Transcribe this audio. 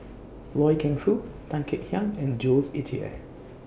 Loy Keng Foo Tan Kek Hiang and Jules Itier